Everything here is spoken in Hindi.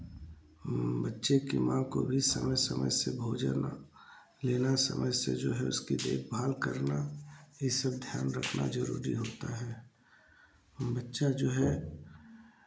बच्चे की माँ को भी समय समय से भोजन लेना समय से जो है उसकी देखभाल करना ये सब ध्यान रखना ज़रूरी होता है बच्चा जो है